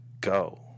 Go